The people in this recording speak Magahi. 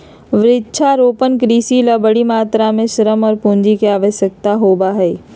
वृक्षारोपण कृषि ला बड़ी मात्रा में श्रम और पूंजी के आवश्यकता होबा हई